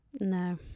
No